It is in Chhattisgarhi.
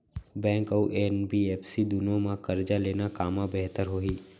बैंक अऊ एन.बी.एफ.सी दूनो मा करजा लेना कामा बेहतर होही?